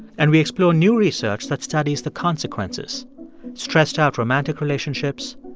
and we explore new research that studies the consequences stressed-out romantic relationships,